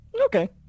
okay